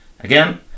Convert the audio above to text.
again